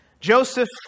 Joseph